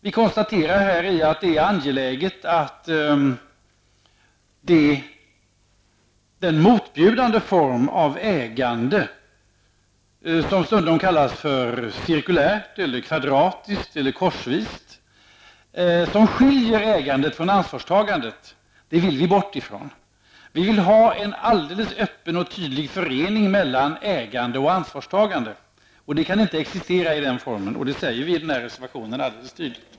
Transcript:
Vi konstaterar att det är angeläget att den motbjudande form av ägande som stundom kallas för cirkulärt, kvadratiskt eller korsvist och som skiljer ägandet från ansvarstagandet måste bort. Vi vill ha en alldeles öppen och tydlig förening mellan ägande och ansvarstagande. Det kan inte existera i den formen, och det säger vi också tydligt i reservationen.